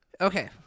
okay